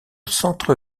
centre